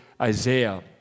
Isaiah